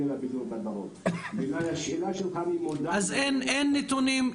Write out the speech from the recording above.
אז אין נתונים,